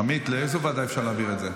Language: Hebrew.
עמית, לאיזו ועדה אפשר להעביר את זה?